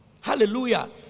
Hallelujah